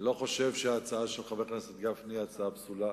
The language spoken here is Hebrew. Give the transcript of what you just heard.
אני לא חושב שההצעה של חבר הכנסת גפני היא הצעה פסולה.